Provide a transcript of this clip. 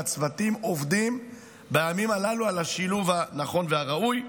והצוותים עובדים בימים הללו על השילוב הנכון והראוי,